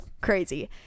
crazy